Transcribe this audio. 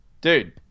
Dude